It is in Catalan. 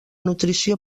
nutrició